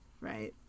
right